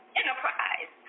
enterprise